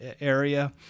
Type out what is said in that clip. area